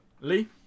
Lee